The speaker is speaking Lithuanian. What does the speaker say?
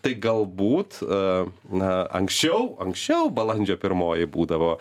tai galbūt na anksčiau anksčiau balandžio pirmoji būdavo